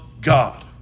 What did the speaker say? God